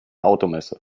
automesse